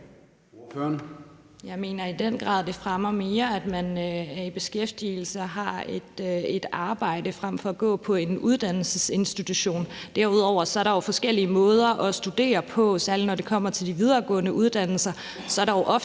Jeg mener i den grad, det fremmer mere, at man er i beskæftigelse og har et arbejde frem for at gå på en uddannelsesinstitution. Derudover er der jo forskellige måder at studere på. Særlig når det kommer til de videregående uddannelser,